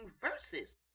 verses